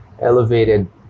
elevated